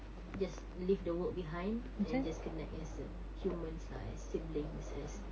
just leave the work behind and just connect as a humans lah as siblings as